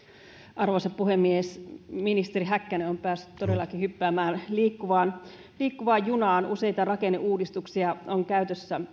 arvoisa puhemies ministeri häkkänen on päässyt todellakin hyppäämään liikkuvaan junaan useita rakenneuudistuksia on